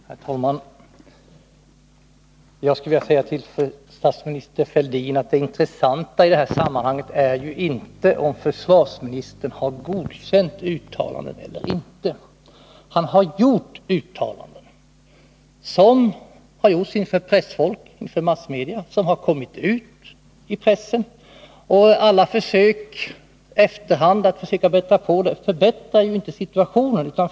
Herr talman! Jag skulle vilja säga till statsminister Fälldin att det intressanta i detta sammanhang ju inte är om försvarsministern har godkänt uttalandena eller inte. Han har gjort uttalanden inför pressfolk och massmedia, och de har kommit ut i pressen. Alla försök att i efterhand bättra på det hela förbättrar ju inte situationen.